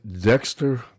Dexter